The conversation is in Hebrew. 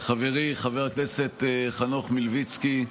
חברי חבר הכנסת חנוך מלביצקי,